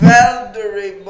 Valdery